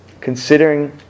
considering